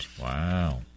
Wow